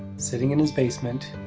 sitting in his basement,